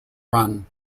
run